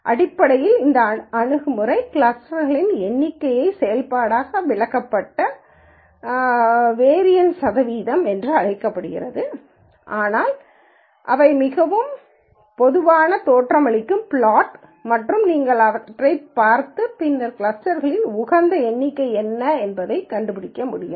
எனவே அடிப்படையில் இந்த அணுகுமுறை கிளஸ்டர்க்களின் எண்ணிக்கையின் செயல்பாடாக விளக்கப்பட்ட வேறிஎன்ஸ் சதவீதம் என்று அழைக்கப்படுகிறது ஆனால் அவை மிகவும் பொதுவான தோற்றமளிக்கும் பிளாட் மற்றும் நீங்கள் அவற்றைப் பார்த்து பின்னர் கிளஸ்டர்க்களின் உகந்த எண்ணிக்கை என்ன என்பதைக் கண்டுபிடிக்க முடியும்